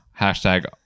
Hashtag